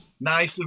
nice